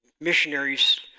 missionaries